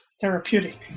therapeutic